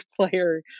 player